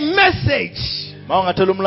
message